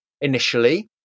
initially